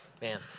Man